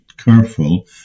Careful